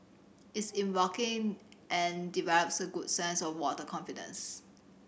it is and develops a good sense of water confidence